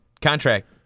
contract